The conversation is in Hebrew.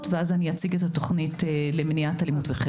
ואז אציג את התוכנית למניעת אלימות וחרם.